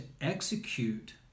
execute